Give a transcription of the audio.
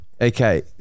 Okay